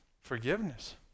forgiveness